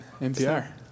NPR